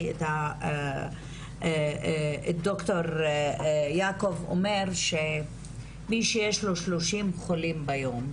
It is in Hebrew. את ד"ר יעקב אומר - מי שיש 30 חולים ביום,